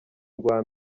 rwa